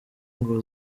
ngo